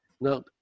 Now